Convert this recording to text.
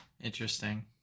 Interesting